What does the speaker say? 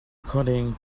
according